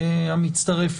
הכנסת,